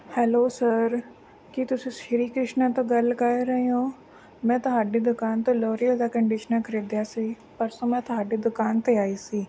hello sir ਕੀ ਤੁਸੀਂ ਸ਼੍ਰੀ ਕ੍ਰਿਸ਼ਨਾ ਤੋਂ ਗੱਲ ਕਰ ਰਹੇ ਹੋ ਮੈਂ ਤੁਹਾਡੀ ਦੁਕਾਨ ਤੋਂ ਲੋਰੀਅਲ ਦਾ ਕੰਡੀਸ਼ਨਰ ਖਰੀਦਿਆ ਸੀ ਪਰਸੋਂ ਮੈਂ ਤੁਹਾਡੀ ਦੁਕਾਨ 'ਤੇ ਆਈ ਸੀ